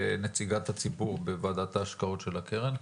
נציגת הציבור בוועדת ההשקעות של הקרן.